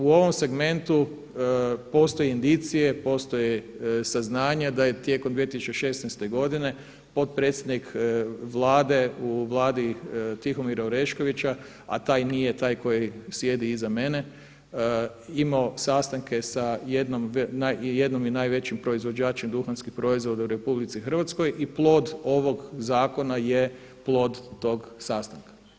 U ovom segmentu postoje indicije, postoje saznanja da je tijekom 2016. godine potpredsjednik Vlade u Vladi Tihomira Oreškovića a taj nije taj koji sjedi iza mene imao sastanke sa jednim i najvećim proizvođačem duhanskih proizvoda u RH i plod ovog zakona je plod tog sastanka.